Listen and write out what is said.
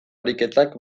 ariketak